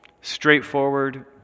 Straightforward